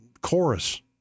chorus